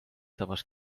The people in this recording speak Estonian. tabas